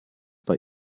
bei